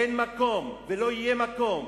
אין מקום ולא יהיה מקום